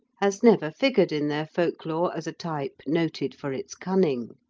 has never figured in their folklore as a type noted for its cunning.